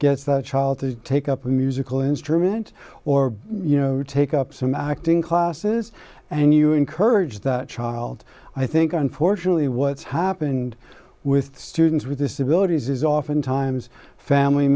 gets that child to take up a musical instrument or you know take up some acting classes and you encourage that child i think unfortunately what's happened with students with disabilities is oftentimes family